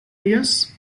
jes